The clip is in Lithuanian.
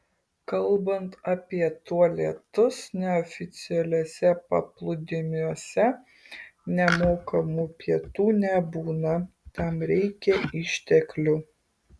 kalbant apie tualetus neoficialiuose paplūdimiuose nemokamų pietų nebūna tam reikia išteklių